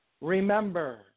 remember